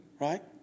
Right